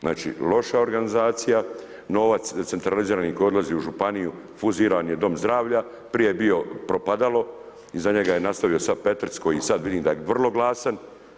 Znači loša organizacija, novac, centralizirani koji odlazi u županiju fuziran je dom zdravlja, prije je bio propadalo, iz njega je nastavio sada Petric koji sada vidim da je vrlo glasan.